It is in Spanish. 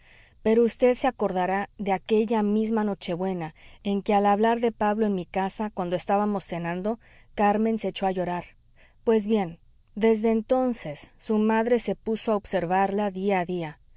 pero vd se acordará de aquella misma nochebuena en que al hablar de pablo en mi casa cuando estábamos cenando carmen se echó a llorar pues bien desde entonces su madre se puso a observarla día a día